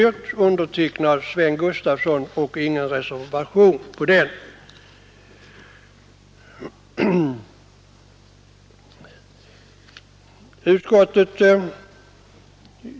Betänkandet var undertecknat av Sven Gustafson och det fanns ingen reservation.